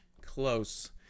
close